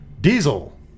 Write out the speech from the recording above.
Diesel